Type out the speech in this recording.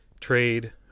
trade